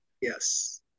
Yes